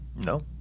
No